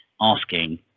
asking